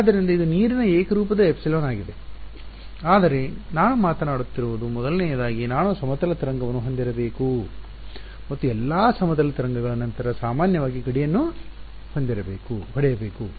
ಆದ್ದರಿಂದ ಇದು ನೀರಿನ ಏಕರೂಪದ ಎಪ್ಸಿಲಾನ್ ಆಗಿದೆ ಆದರೆ ನಾನು ಮಾತನಾಡುತ್ತಿರುವುದು ಮೊದಲನೆಯದಾಗಿ ನಾನು ಸಮತಲ ತರಂಗವನ್ನು ಹೊಂದಿರಬೇಕು ಮತ್ತು ಎಲ್ಲಾ ಸಮತಲ ತರಂಗಗಳ ನಂತರ ಸಾಮಾನ್ಯವಾಗಿ ಗಡಿಯನ್ನು ಹೊಡೆಯಬೇಕು